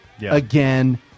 again